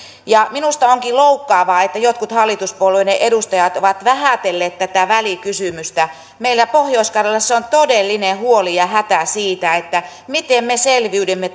minusta onkin loukkaavaa että jotkut hallituspuolueiden edustajat ovat vähätelleet tätä välikysymystä meillä pohjois karjalassa on todellinen huoli ja hätä siitä miten me selviydymme